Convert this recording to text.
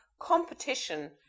competition